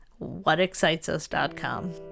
whatexcitesus.com